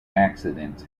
accidents